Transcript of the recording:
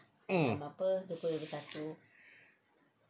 mm